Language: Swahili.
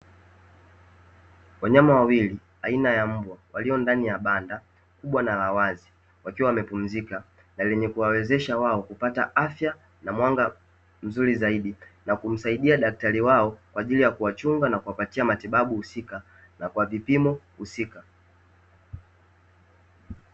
Wanyama wawili aina ya mbwa walio ndani ya banda kubwa na la wazi wakiwa wamepumzika, na lenye kuwawezesha wao kupata afya na mwanga mzuri zaidi, na kumsaidia daktari wao kwa ajili ya kuwachunga, na kuwapatia matibabu husika na kwa vipimo husika.